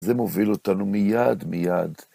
זה מוביל אותנו מיד מיד.